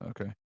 Okay